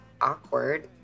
awkward